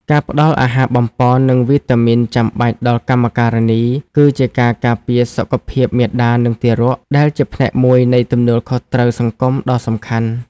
ការផ្ដល់អាហារបំប៉ន និងវីតាមីនចាំបាច់ដល់កម្មការិនី គឺជាការការពារសុខភាពមាតា និងទារក ដែលជាផ្នែកមួយនៃទំនួលខុសត្រូវសង្គមដ៏សំខាន់។